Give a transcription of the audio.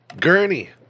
Gurney